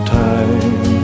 time